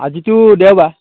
আজিতো দেওবাৰ